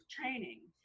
training